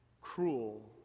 cruel